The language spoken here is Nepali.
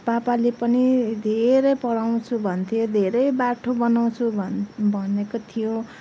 पापाले पनि धेरै पढाउँछु भन्थ्यो धेरै बाठो बनाउँछु भन भनेको थियो